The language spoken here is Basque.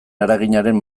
eraginaren